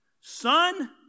Son